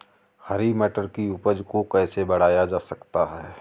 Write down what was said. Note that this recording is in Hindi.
हरी मटर की उपज को कैसे बढ़ाया जा सकता है?